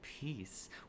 peace